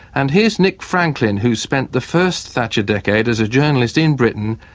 and here's nick franklin, who spent the first thatcher decade as a journalist in britain,